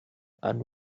and